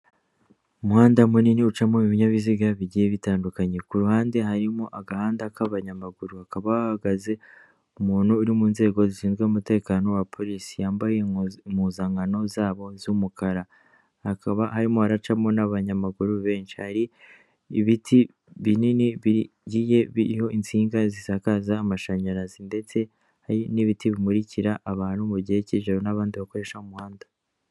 Umuhanda munini ucamo ibinyabiziga bigiye bitandukanye, ku ruhande harimo agahanda k'abanyamagurukaba bahagaze umuntu uri mu nzego zishinzwe umutekano wa polisi yambaye impuzankano zabo z'umukara, hakaba harimo hacamo n'abanyamaguru benshi hari ibiti binini bigiye biriho insinga zisakaza amashanyarazi ndetse n'ibiti bimurikira abantu mu gihe cy'ijoro n'abandi bakoresha umuhanda.